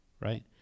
right